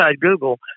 Google